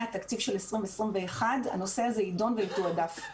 התקציב של 2021 הנושא הזה יידון ויתועדף,